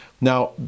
Now